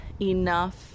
enough